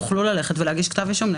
תוכלו ללכת ולהגיש כתב אישום.